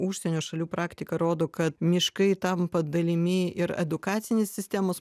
užsienio šalių praktika rodo kad miškai tampa dalimi ir edukacinės sistemos